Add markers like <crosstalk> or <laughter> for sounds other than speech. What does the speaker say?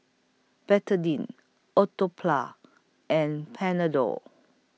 Betadine <unintelligible> and Panadol